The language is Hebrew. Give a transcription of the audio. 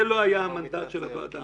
זה לא היה המנדט של הוועדה.